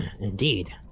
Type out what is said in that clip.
Indeed